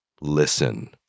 Listen